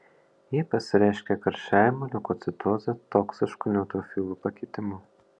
ji pasireiškia karščiavimu leukocitoze toksišku neutrofilų pakitimu